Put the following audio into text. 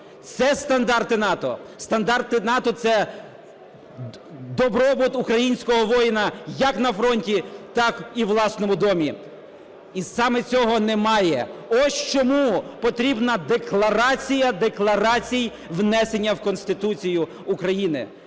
це стандарти НАТО. Стандарти НАТО – це добробут українського воїна як на фронті, так і у власному домі. І саме цього немає. Ось чому потрібна декларація декларацій внесення в Конституцію України.